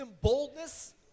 boldness